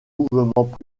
mouvement